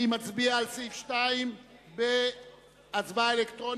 אני מצביע על סעיף 2 בהצבעה אלקטרונית.